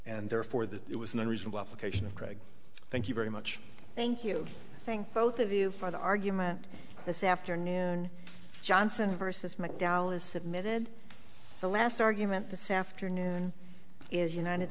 and therefore that it was an unreasonable flirtation of greg thank you very much thank you thank both of you for the argument this afternoon johnson versus mcdowell has submitted the last argument this afternoon is united